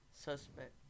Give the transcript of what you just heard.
Suspect